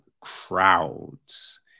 crowds